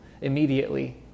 immediately